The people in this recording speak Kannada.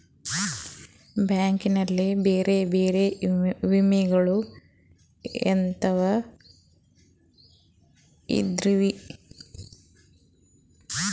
ಬ್ಯಾಂಕ್ ನಲ್ಲಿ ಬೇರೆ ಬೇರೆ ವಿಮೆಗಳು ಎಂತವ್ ಇದವ್ರಿ?